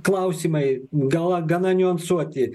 klausimai gal a gana niuansuoti